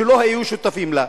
שלא היו שותפים לה.